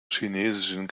chinesischen